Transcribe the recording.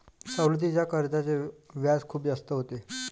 सवलतीच्या कर्जाचे व्याज खूप जास्त होते